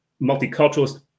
multiculturalist